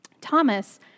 Thomas